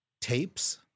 tapes